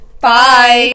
Bye